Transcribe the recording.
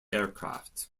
aircraft